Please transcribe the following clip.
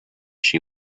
she